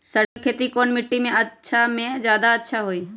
सरसो के खेती कौन मिट्टी मे अच्छा मे जादा अच्छा होइ?